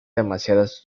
demasiados